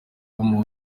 umuntu